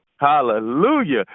Hallelujah